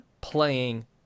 playing